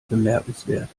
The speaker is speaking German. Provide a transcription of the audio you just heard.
bemerkenswert